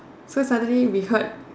so suddenly we heard